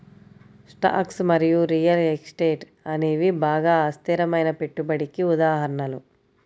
stocks మరియు real estate అనేవి బాగా అస్థిరమైన పెట్టుబడికి ఉదాహరణలు